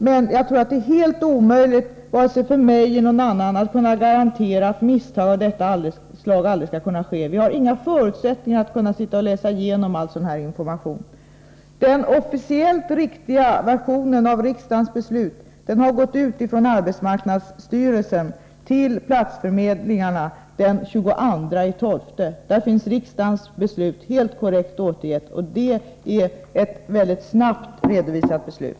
Men jag tror att det inte är möjligt vare sig för mig eller för någon annan att kunna garantera att misstag av detta slag aldrig skall ske. Vi har inga förutsättningar att kunna läsa igenom all information. Den officiella riktiga versionen av riksdagens beslut gick ut från arbetsmarknadsstyrelsen till platsförmedlingarna den 22 december. Där finns riksdagens beslut helt korrekt återgivet. Det är ett väldigt snabbt redovisat beslut.